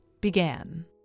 began